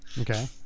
okay